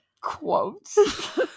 Quotes